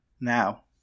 Now